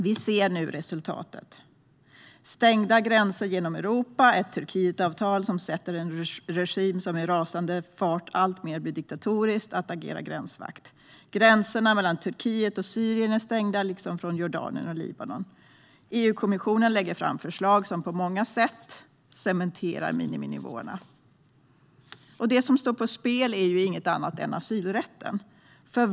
Vi ser nu resultatet: stängda gränser genom Europa och ett Turkietavtal som sätter en regim som i rasande fart blir alltmer diktatorisk att agera gränsvakt. Gränserna mellan Turkiet och Syrien är stängda liksom de från Jordanien och Libanon. EU-kommissionen lägger fram förslag som på många sätt cementerar miniminivåerna. Det som står på spel är inget annat än asylrätten.